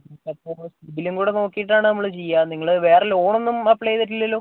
ഇതിലും കൂടെ നോക്കിയിട്ടാണ് നമ്മൾ ചെയ്യുക നിങ്ങൾ വേറെ ലോണൊന്നും അപ്ലൈ ചെയ്തിട്ടില്ലല്ലോ